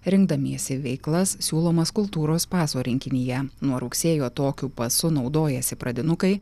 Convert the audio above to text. rinkdamiesi veiklas siūlomas kultūros paso rinkinyje nuo rugsėjo tokiu pasu naudojasi pradinukai